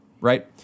right